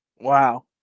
Wow